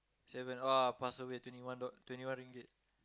seven !wah! pass away twenty one dollar twenty one Ringgit